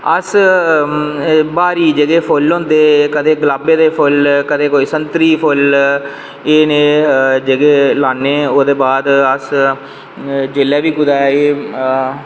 अस ब्हारी जेह्ड़े फुल्ल होंदे कदें गुलाबै दे फुल्ल कदें कोई संतरी फुल्ल एह् जनेह् लाने ते ओह्दे बाद अस जेल्लै बी कुदै एह्